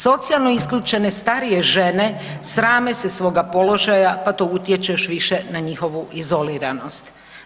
Socijalno isključene starije žene srame se svoga položaja, pa to utječe još više na njihovu izoliranost.